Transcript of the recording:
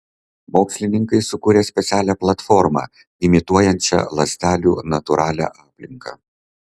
mokslininkai sukūrė specialią platformą imituojančią ląstelių natūralią aplinką